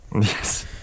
Yes